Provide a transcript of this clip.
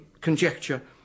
conjecture